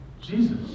Jesus